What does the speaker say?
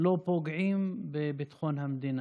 לא פוגעים בביטחון המדינה.